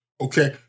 okay